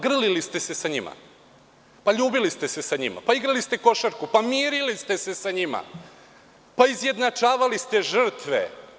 Grlili ste se sa njima, ljubili ste se sa njima, igrali ste košarku, mirili ste se sa njima, izjednačavali ste žrtve.